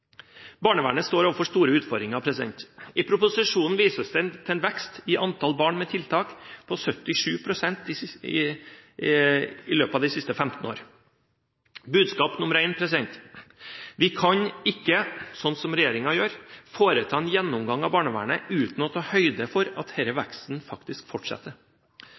Barnevernet står overfor store utfordringer. I proposisjonen vises det til en vekst i antall barn med tiltak på 77 pst. i løpet av de siste 15 år. Budskap nr. 1: Vi kan ikke, sånn som regjeringen gjør, foreta en gjennomgang av barnevernet uten å ta høyde for at denne veksten faktisk fortsetter.